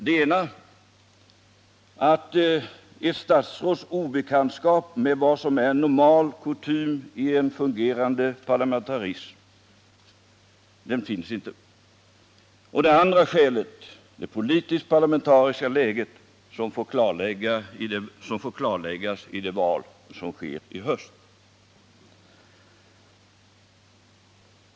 Det ena är ett statsråds obekantskap med vad som är kutym i en fungerande parlamentarism. Det andra är det politisk-parlamentariska läget, som får klarläggas i det val som äger rum i höst.